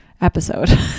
episode